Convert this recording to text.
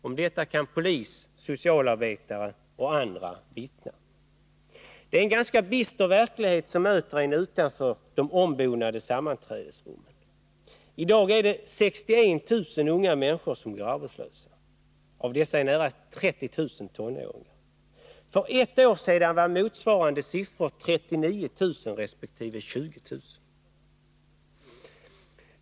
Om detta kan polis, socialarbetare och andra vittna. Det är en ganska bister verklighet som möter en utanför de ombonade sammanträdesrummen. I dag är det 61 000 unga människor som går arbetslösa. Av dessa är nära 30000 tonåringar. För ett år sedan var motsvarande siffror 39 000 resp. 20 000.